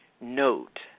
note